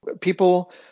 People